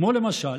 כמו למשל